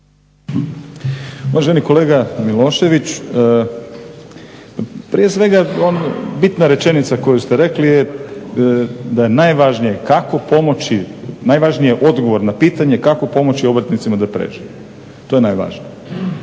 Uvaženi kolega Milošević prije svega bitna rečenica koju ste rekli je da je najvažnije kako pomoći, najvažniji odgovor na pitanje kako pomoći obrtnicima da prežive, to je najvažnije.